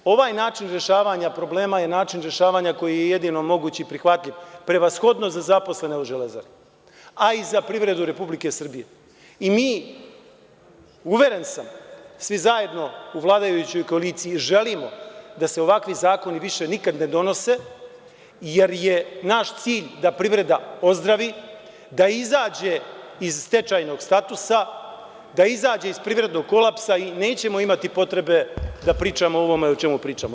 Ovaj način rešavanja problema je način rešavanja koji je jedino moguć i prihvatljiv, prevashodno za zaposlene u „Železari“ a i za privredu Republike Srbije i mi, uveren sam, svi zajedno u vladajućoj koaliciji želimo da se ovakvi zakoni više nikad ne donose, jer je naš cilj da privreda ozdravi, da izađe iz stečajnog statusa, da izađe iz privrednog kolapsa i nećemo imati potrebe da pričamo o ovome o čemu pričamo.